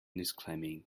disclaiming